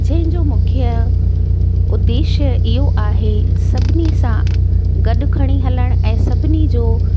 जंहिं जो मुख्य उदेश्य इहो आहे सभिनी सां गॾु खणी हलण ऐं सभिनी जो